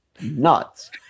nuts